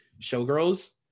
showgirls